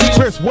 Chris